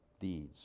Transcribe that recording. deeds